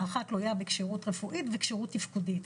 ההארכה תלויה בכשירות רפואית וכשירות תפקודית.